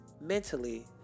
mentally